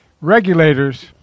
regulators